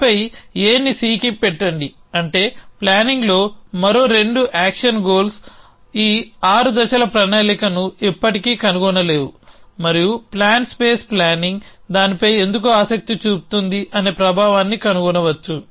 ఆపై A ని C కి పెట్టండి అంటే ప్లానింగ్లో మరో రెండు యాక్షన్ గోల్స్ ఈ ఆరు దశల ప్రణాళికను ఎప్పటికీ కనుగొనలేవు మరియు ప్లాన్ స్పేస్ ప్లానింగ్ దానిపై ఎందుకు ఆసక్తి చూపుతుంది అనే ప్రభావాన్ని కనుగొనవచ్చు